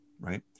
right